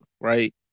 right